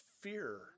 fear